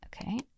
Okay